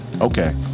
okay